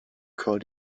chor